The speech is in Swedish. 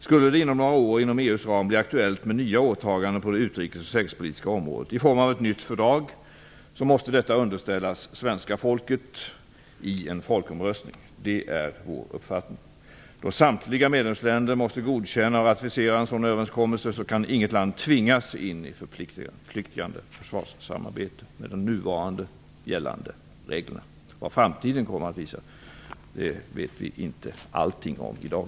Skulle det om några år inom EU:s ram bli aktuellt med nya åtaganden på det utrikes och säkerhetspolitiska området i form av ett nytt fördrag, måste detta underställas svenska folket i en folkomröstning. Det är vår uppfattning. Då samtliga medlemsländer måste godkänna att man ratificerar en sådan överenskommelse kan inget land tvingas in i ett förpliktigande försvarssamarbete. Det är de nuvarande gällande reglerna. Vad framtiden kommer att utvisa vet vi inte allting om i dag.